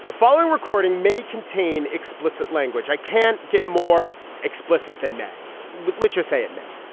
the following recording may contain explicit language i can't get more explicit than may literal say it may